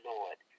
Lord